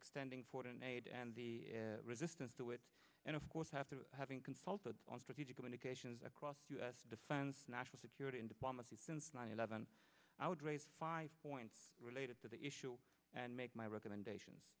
extending foreign aid and the resistance to it and of course have to having consulted on strategic communications across u s defense national security and diplomacy since nine eleven i would raise five point related to the issue and make my recommendations